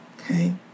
Okay